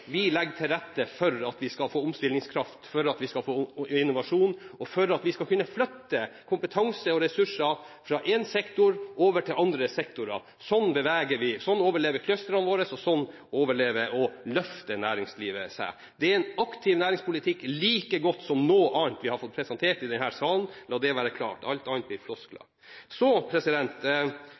vi legger til rette for at vi skal få omstillingskraft, for at vi skal få innovasjon, og for at vi skal kunne flytte kompetanse og ressurser fra én sektor og over til andre sektorer. Sånn beveger vi oss, sånn overlever clustrene våre, og sånn overlever og løfter næringslivet vårt seg. Det er en aktiv næringspolitikk like god som noen annen vi har fått presentert i denne salen, la det være klart. Alt annet blir floskler. Så